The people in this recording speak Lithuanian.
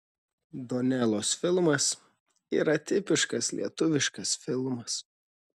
donelos filmas yra tipiškas lietuviškas filmas